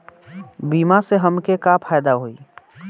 बीमा से हमके का फायदा होई?